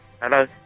Hello